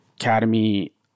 academy